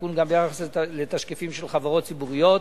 התיקון גם ביחס לתשקיפים של חברות ציבוריות,